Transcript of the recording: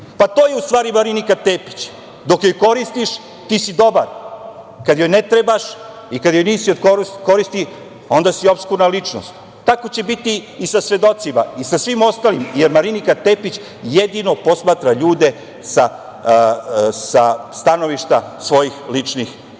To je u stvari Marinika Tepić. Dok joj koristiš ti si dobar. Kad joj ne trebaš i kad joj nisi od koristi, onda si opskurna ličnost. Tako će biti i sa svedocima i sa svim ostalim jer Marinika Tepić jedino posmatra ljude sa stanovišta svojih ličnih interesa